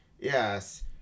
Yes